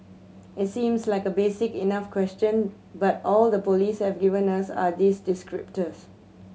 it seems like a basic enough question but all the police have given us are these descriptors